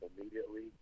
immediately